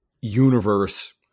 universe